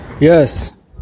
Yes